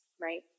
right